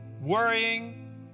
worrying